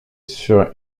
sur